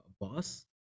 boss